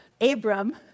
Abram